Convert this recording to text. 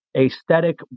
aesthetic